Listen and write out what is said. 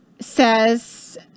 says